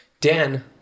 Dan